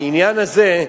העניין הזה,